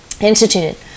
instituted